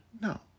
No